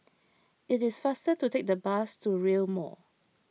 it is faster to take the bus to Rail Mall